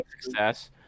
success